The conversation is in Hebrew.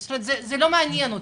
זה לא מעניין אותי.